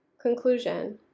Conclusion